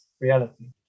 reality